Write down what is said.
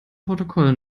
protokoll